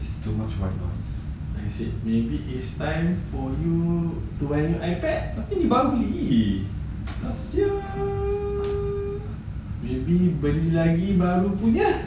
like I said maybe it's time for you to have ipad maybe beli lagi baru punya